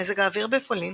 מזג האוויר בפולין